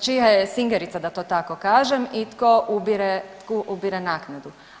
čija je singerica da to tako kažem i tko ubire naknadu.